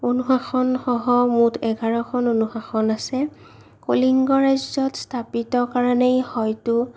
অনুশাসনসহ মুঠ এঘাৰখন অনুশাসন আছে কলিংগ ৰাজ্যত স্থাপিত কাৰণে হয়তো